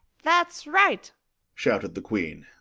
that's right shouted the queen.